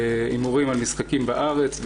הימורים על משחקים בארץ,